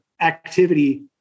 activity